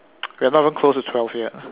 we're not even close to twelve yet